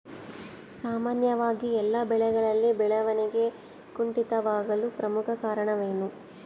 ಸಾಮಾನ್ಯವಾಗಿ ಎಲ್ಲ ಬೆಳೆಗಳಲ್ಲಿ ಬೆಳವಣಿಗೆ ಕುಂಠಿತವಾಗಲು ಪ್ರಮುಖ ಕಾರಣವೇನು?